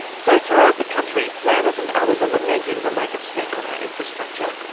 so throughout the country, planners and others are lamenting the lack of spending on our infrastructure,